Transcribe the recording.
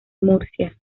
murcia